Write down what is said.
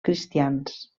cristians